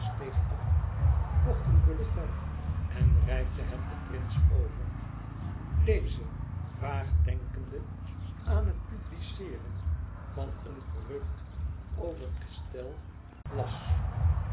af kocht een bulletin en reikte het den prins over deze vaag denkende aan het publiceeren van een gerucht over estelle las